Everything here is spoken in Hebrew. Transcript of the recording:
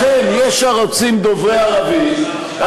לכן יש ערוצים דוברי ערבית,